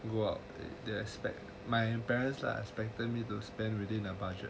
what do you expect my parents expected me to spend within a budget